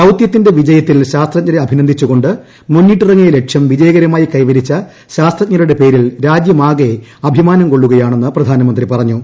ദൌത്യത്തിന്റ വിജയത്തിൽ ശാസ്ത്രജ്ഞരെ അഭിീ്ഥു്ദിച്ചുകൊണ്ട് മുന്നിട്ടിറങ്ങിയ ലക്ഷ്യം വിജയകരമായി കൈവര്ച്ച ശാസ്ത്രജ്ഞരുടെ പേരിൽ രാജ്യമാകെ അഭിമാനം കൊള്ളുകയാണെന്ന് പ്രധാനമന്ത്രി പറഞ്ഞു